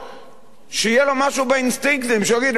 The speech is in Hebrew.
שיהיה לו משהו באינסטינקטים, שהוא יגיד: רגע אחד,